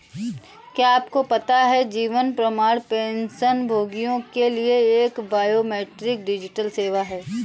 क्या आपको पता है जीवन प्रमाण पेंशनभोगियों के लिए एक बायोमेट्रिक डिजिटल सेवा है?